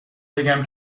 بگم